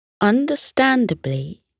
Understandably